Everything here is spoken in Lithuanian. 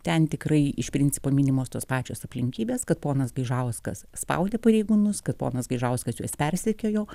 ten tikrai iš principo minimos tos pačios aplinkybės kad ponas gaižauskas spaudė pareigūnus kad ponas gaižauskas jus persekiojo